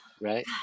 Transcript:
right